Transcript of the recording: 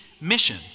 mission